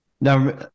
Now